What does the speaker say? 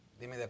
dime